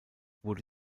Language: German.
wurde